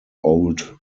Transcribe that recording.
old